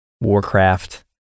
Warcraft